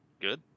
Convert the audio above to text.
Good